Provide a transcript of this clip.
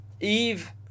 Eve